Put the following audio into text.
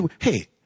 hey